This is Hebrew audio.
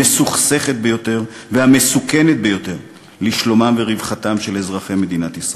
המסוכסכת ביותר והמסוכנת ביותר לשלומם ורווחתם של אזרחי מדינת ישראל.